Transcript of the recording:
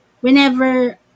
whenever